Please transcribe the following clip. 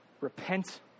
repent